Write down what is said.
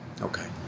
Okay